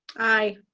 aye.